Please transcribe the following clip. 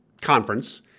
conference